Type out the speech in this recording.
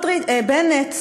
בנט,